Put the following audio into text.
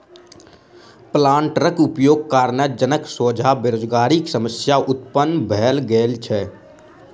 प्लांटरक उपयोगक कारणेँ जनक सोझा बेरोजगारीक समस्या उत्पन्न भ गेल छै